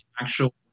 actual